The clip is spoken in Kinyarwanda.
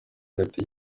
leta